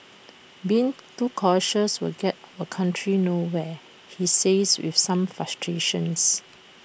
being too cautious will get our country nowhere he says with some frustrations